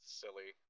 silly